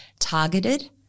targeted